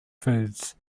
foods